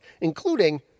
including